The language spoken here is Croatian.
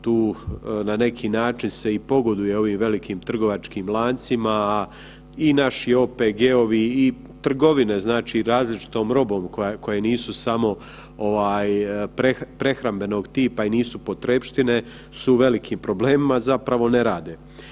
Tu na neki način se i pogoduje ovim velikim trgovačkim lancima, a i naši OPG-ovi i trgovine različitom robom koja nisu samo prehrambenog tipa i nisu potrepštine su u velikim problemima, a zapravo ne rade.